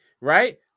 right